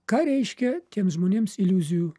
ką reiškia tiems žmonėms iliuzijų